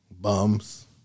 Bums